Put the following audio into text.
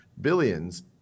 billions